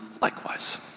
likewise